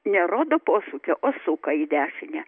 nerodo posūkio o suka į dešinę